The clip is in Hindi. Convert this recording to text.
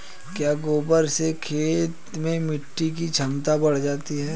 क्या गोबर से खेत में मिटी की क्षमता बढ़ जाती है?